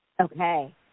Okay